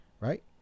right